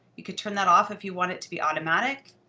you could turn that off if you want it to be automatic.